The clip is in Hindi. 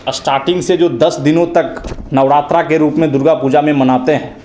और स्टाटिंग से जो दस दिनों तक नवरात्रा के रूप में दुर्गा पूजा में मनाते हैं